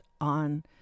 on